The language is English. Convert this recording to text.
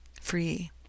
free